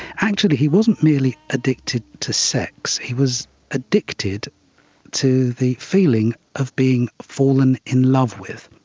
actually he wasn't merely addicted to sex, he was addicted to the feeling of being fallen in love with.